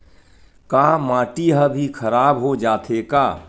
का माटी ह भी खराब हो जाथे का?